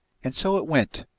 and so it went,